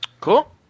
Cool